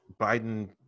Biden